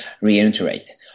reiterate